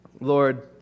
Lord